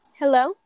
Hello